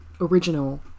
original